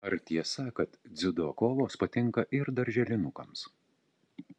ar tiesa kad dziudo kovos patinka ir darželinukams